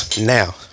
Now